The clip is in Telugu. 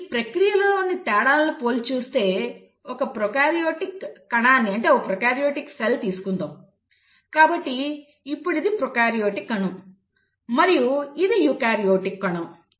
ఇప్పుడు ఈ ప్రక్రియలలోని తేడాలను పోల్చి చూస్తే ఒక ప్రొకార్యోటిక్ కణాన్ని తీసుకుందాం కాబట్టి ఇప్పుడు ఇది ప్రొకార్యోటిక్ కణం మరియు ఇది యూకారియోటిక్ కణం